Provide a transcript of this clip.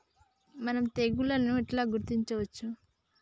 మనం తెగుళ్లను ఎట్లా గుర్తించచ్చు?